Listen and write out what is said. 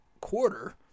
quarter